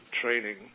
training